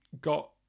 got